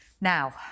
Now